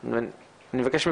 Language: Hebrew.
בבקשה.